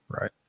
Right